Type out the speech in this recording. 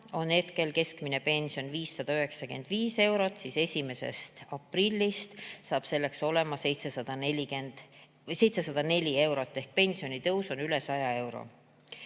on keskmine pension 595 eurot, siis 1. aprillist saab see olema 704 eurot ehk pensionitõus on üle 100 euro.